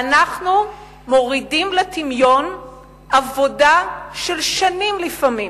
ואנחנו מורידים לטמיון עבודה של שנים, לפעמים,